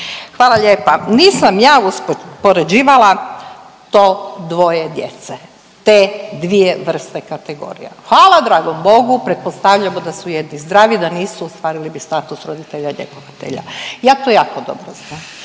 Hvala lijepa. Nisam ja uspoređivala to dvoje djece, te dvije vrste kategorija. Hvala dragom Bogu pretpostavljamo da su jedni zdravi, da nisu ostvarili bi status roditelja njegovatelja. Ja to jako dobro znam,